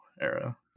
era